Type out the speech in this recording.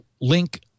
link